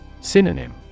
Synonym